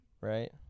Right